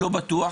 לא בטוח,